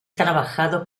trabajado